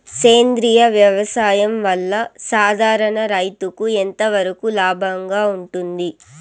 సేంద్రియ వ్యవసాయం వల్ల, సాధారణ రైతుకు ఎంతవరకు లాభంగా ఉంటుంది?